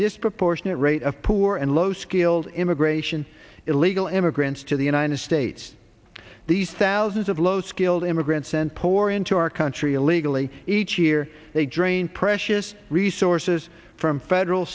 disproportionate rate of poor and low skilled immigration illegal immigrants to the united states these thousands of low skilled immigrants and pour into our country illegally each year they drain precious resources from federal